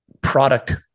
product